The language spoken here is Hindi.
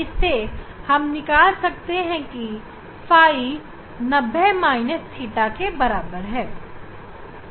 इससे हम निकाल सकते हैं कि ɸ 90 θ